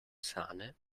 sahne